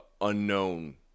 unknown